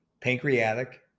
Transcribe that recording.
pancreatic